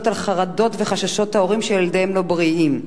על החרדות והחששות של ההורים שילדיהם לא בריאים.